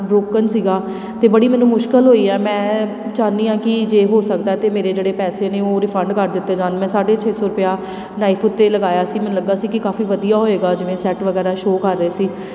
broken ਸੀਗਾ ਅਤੇ ਬੜੀ ਮੈਨੂੰ ਮੁਸ਼ਕਲ ਹੋਈ ਆ ਮੈਂ ਚਾਹੁੰਦੀ ਹਾਂ ਕਿ ਜੇ ਹੋ ਸਕਦਾ ਤਾਂ ਮੇਰੇ ਜਿਹੜੇ ਪੈਸੇ ਨੇ ਉਹ ਰਿਫੰਡ ਕਰ ਦਿੱਤੇ ਜਾਣ ਮੈਂ ਸਾਢੇ ਛੇ ਸੌ ਰੁਪਇਆ ਨਾਈਫ ਉੱਤੇ ਲਗਾਇਆ ਸੀ ਮੈਨੂੰ ਲੱਗਾ ਸੀ ਕਿ ਕਾਫੀ ਵਧੀਆ ਹੋਏਗਾ ਜਿਵੇਂ ਸੈੱਟ ਵਗੈਰਾ ਸ਼ੋ ਕਰ ਰਹੇ ਸੀ